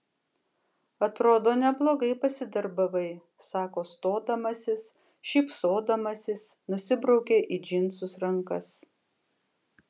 atrodo neblogai pasidarbavai sako stodamasis šypsodamasis nusibraukia į džinsus rankas